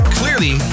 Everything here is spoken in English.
clearly